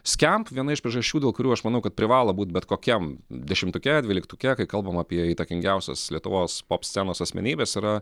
skemp viena iš priežasčių dėl kurių aš manau kad privalo būt bet kokiam dešimtuke dvyliktuke kai kalbam apie įtakingiausias lietuvos scenos asmenybes yra